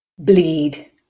Bleed